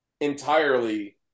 entirely